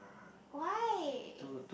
why